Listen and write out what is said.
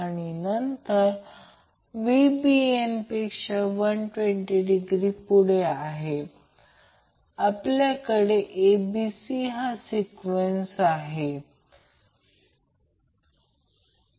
तर कारण b हा a ला लॅग करत आहे c हा b ला लॅग करत आहे म्हणून phase sequence a b c आहे